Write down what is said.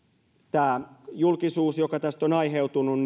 tämä julkisuus joka tästä on aiheutunut